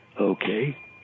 Okay